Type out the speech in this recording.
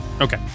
Okay